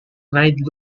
ride